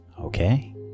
Okay